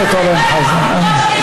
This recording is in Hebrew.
חבר הכנסת אורן חזן.